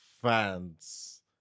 fans